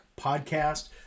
Podcast